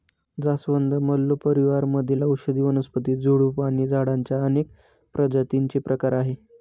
जास्वंद, मल्लो परिवार मधील औषधी वनस्पती, झुडूप आणि झाडांच्या अनेक प्रजातींचे प्रकार आहे